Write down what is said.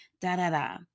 da-da-da